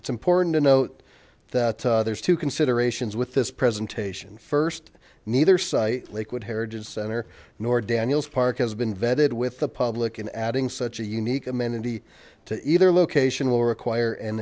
it's important to note that there's two considerations with this presentation first neither site lakewood heritage center nor daniels park has been vetted with the public and adding such a unique amenity to either location will require an